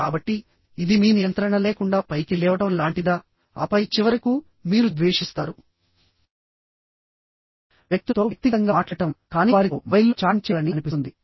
కాబట్టి ఇది మీ నియంత్రణ లేకుండా పైకి లేవడం లాంటిదా ఆపై చివరకు మీరు ద్వేషిస్తారు వ్యక్తులతో వ్యక్తిగతంగా మాట్లాడటం కానీ వారితో మొబైల్లో చాటింగ్ చేయాలని అనిపిస్తుంది